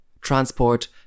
Transport